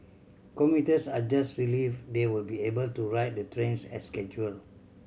commuters are just relieved they will be able to ride the trains as scheduled